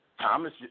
Thomas